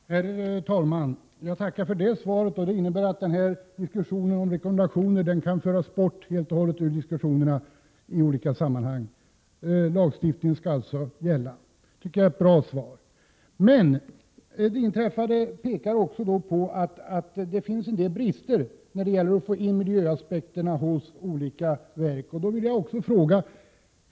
Herr talman! Jag tackar för det svaret. Det innebär att diskussionen om rekommendationer kan föras bort helt och hållet ur de resonemang som förs i olika sammanhang. Lagstiftningen skall alltså gälla. Det tycker jag är ett bra svar. Men det inträffade pekar också på att det finns en del brister när det gäller att få in miljöaspekterna i olika verk.